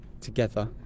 together